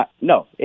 No